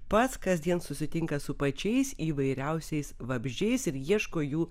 pats kasdien susitinka su pačiais įvairiausiais vabzdžiais ir ieško jų